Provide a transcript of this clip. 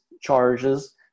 charges